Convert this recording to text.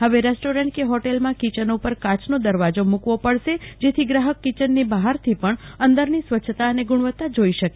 હવે રેસ્ટોરન્ટ કે હોટેલમાં કિચન ઉપર કાયનો દરવાજો મુકવો પડશે જેથી ગ્રાહકો કિચનની બહારથી પણ અંદરની સ્વચ્છતા અને ગુણવતા જોઈ શકે